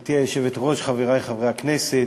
גברתי היושבת-ראש, חברי חברי הכנסת,